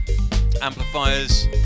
amplifiers